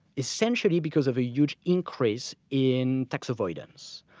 essentially because of a huge increase in tax avoidance.